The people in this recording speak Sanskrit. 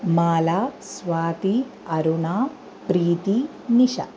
माला स्वाति अरुणा प्रीतिः निशा